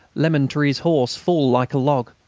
lemaitre's horse, fall like a log.